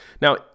now